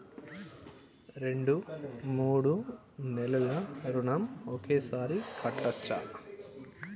రెండు మూడు నెలల ఋణం ఒకేసారి కట్టచ్చా?